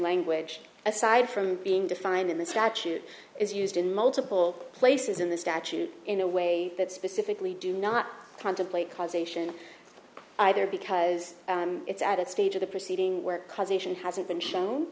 language aside from being defined in the statute is used in multiple places in the statute in a way that specifically do not contemplate causation either because it's at that stage of the proceeding where causation hasn't been shown